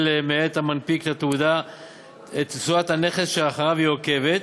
מאת מנפיק התעודה את תשואת הנכס שאחריו היא עוקבת,